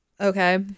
Okay